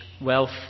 wealth